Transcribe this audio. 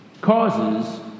Causes